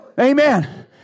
Amen